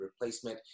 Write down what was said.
replacement